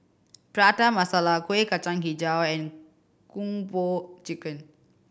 Prata Masala Kuih Kacang Hijau and Kung Po Chicken